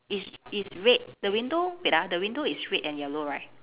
is is red the window wait ah the window is red and yellow right